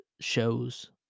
shows